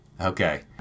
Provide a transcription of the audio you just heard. Okay